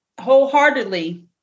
wholeheartedly